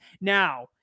Now